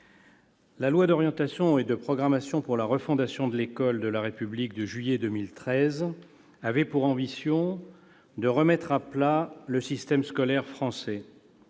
2013 d'orientation et de programmation pour la refondation de l'école de la République avait pour ambition de remettre à plat le système scolaire français.